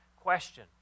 question